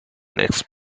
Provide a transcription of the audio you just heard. next